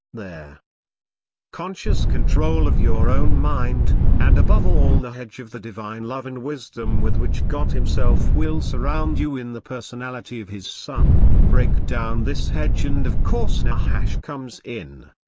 the conscious control of your own mind, and above all the hedge of the divine love and wisdom with which god himself will surround you in the personality of his son, break down this hedge and of course nahash comes in.